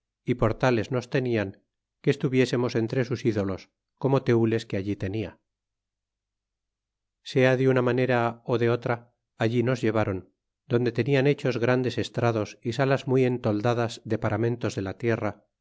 é por tales nos tenían que estuviésemos entre sus ídolos como tenles que allí tenia sea de una manera ú de otra allí nos llevron donde tenia hechos grandes estrados y salas muy entoldadas de paramentos de la tierra